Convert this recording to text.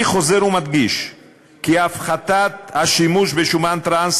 אני חוזר ומדגיש כי הפחתת השימוש בשומן טראנס